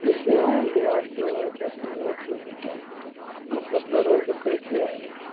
किससे आएंगे आप दस पंद्रह किलोमीटर का सफर है तो कैसे आएंगे